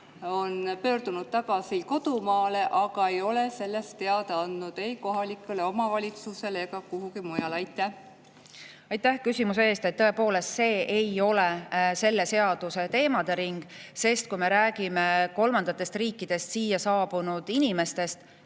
on pöördunud tagasi kodumaale, aga ei ole sellest teada andnud ei kohalikule omavalitsusele ega kuhugi mujale. Aitäh küsimuse eest! Tõepoolest, see ei ole selle seaduse teemade ring. Kolmandatest riikidest siia saabunud inimesed